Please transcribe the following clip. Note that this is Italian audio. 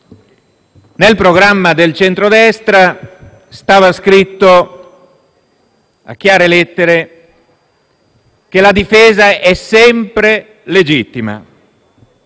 nel programma del centrodestra era scritto a chiare lettere che la difesa è sempre legittima.